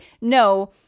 no